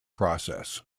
process